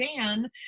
Dan